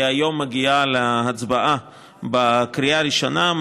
והיום מגיעה להצבעה בקריאה ראשונה,